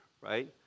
right